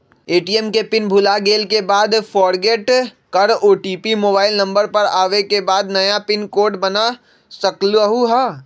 ATM के PIN भुलागेल के बाद फोरगेट कर ओ.टी.पी मोबाइल नंबर पर आवे के बाद नया पिन कोड बना सकलहु ह?